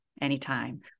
anytime